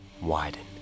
widen